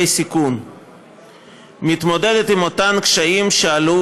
היות שבאמת כבר אף אחד לא יבין את מה שאני ממשיך להקריא,